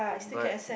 but